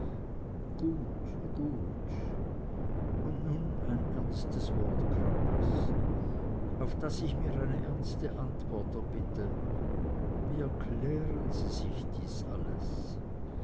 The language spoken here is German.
gut gut und nun ein ernstes wort crampas auf das ich mir eine ernste antwort erbitte wie erklären sie sich dies alles